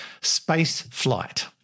Spaceflight